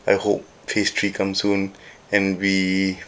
I hope phase three comes soon and we